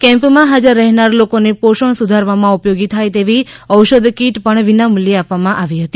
કેમ્પમાં હાજર રહેનાર લોકોને પોષણ સુધારવામાં ઉપયોગી થાય તેવી ઔષધ કિટ પણ વિના મૂલ્યે આપવામાં આવી હતી